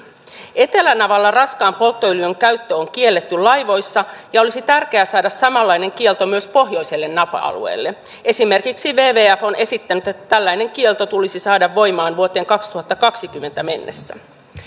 etelänavalla raskaan polttoöljyn käyttö on kielletty laivoissa ja olisi tärkeää saada samanlainen kielto myös pohjoiselle napa alueelle esimerkiksi wwf on esittänyt että tällainen kielto tulisi saada voimaan vuoteen kaksituhattakaksikymmentä mennessä